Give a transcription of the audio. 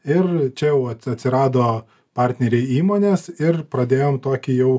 ir čia jau atsirado partneriai įmonės ir pradėjom tokį jau